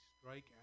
strike